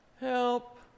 help